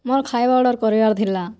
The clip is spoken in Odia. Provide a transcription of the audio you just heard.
ମୋର ଖାଇବା ଅର୍ଡ଼ର କରିବାର ଥିଲା